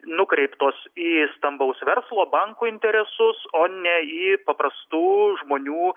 nukreiptos į stambaus verslo bankų interesus o ne į paprastų žmonių